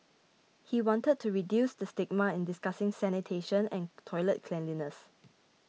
he wanted to reduce the stigma in discussing sanitation and toilet cleanliness